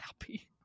happy